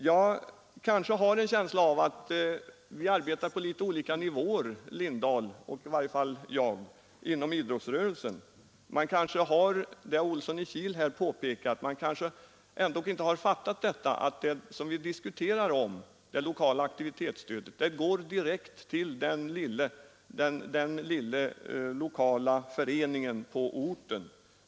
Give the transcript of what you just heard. Jag har en känsla av att herr Lindahl och jag arbetar på litet olika nivåer inom idrottsrörelsen. Som herr Olsson i Kil påpekat diskuterar vi nu det lokala aktivitetsstödet. Det går direkt till de små lokala föreningarna.